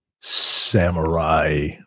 samurai